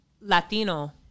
Latino